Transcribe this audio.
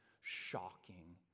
shocking